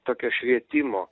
tokio švietimo